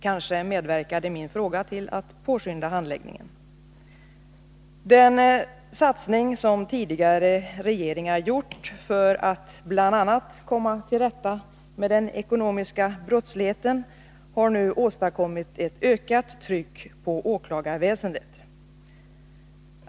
Kanske medverkade min fråga till att påskynda handläggningen. Den satsning som tidigare regeringar gjort för att bl.a. komma till rätta med den ekonomiska brottsligheten har nu åstadkommit ett ökat tryck på åklagarväsendet.